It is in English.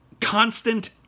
constant